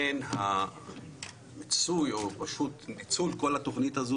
ולכן די התקשינו עם מיצוי או ניצול כל התוכנית הזו,